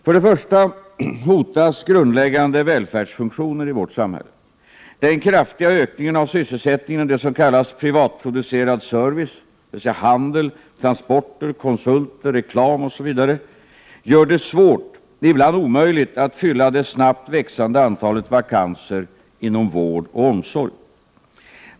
För det första hotas grundläggande välfärdsfunktioner i vårt samhälle. Den kraftiga ökningen av sysselsättningen inom det som kallas privatproducerad service — handel, transporter, konsulter, reklam osv. — gör det svårt, ibland omöjligt, att fylla det snabbt växande antalet vakanser inom vård och omsorg.